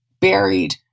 buried